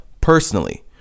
personally